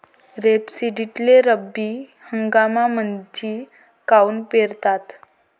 रेपसीडले रब्बी हंगामामंदीच काऊन पेरतात?